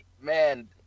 man